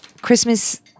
Christmas